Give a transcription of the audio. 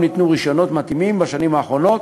ניתנו רישיונות מתאימים בשנים האחרונות,